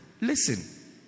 listen